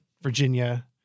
Virginia